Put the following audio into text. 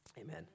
Amen